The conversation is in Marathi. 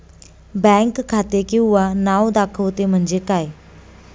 बँक खाते किंवा नाव दाखवते म्हणजे काय?